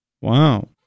Wow